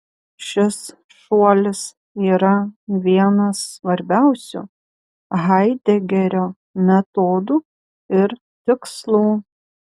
šis šuolis yra vienas svarbiausių haidegerio metodų ir tikslų